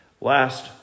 Last